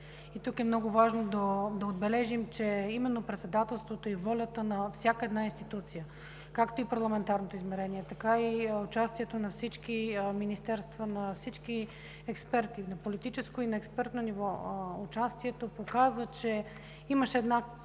Тук е много важно да отбележим, че именно Председателството и волята на всяка една институция, както Парламентарното измерение, така и участието на всички министерства, на всички експерти на политическо и на експертно ниво показаха, че имаше една